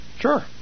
Sure